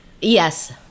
yes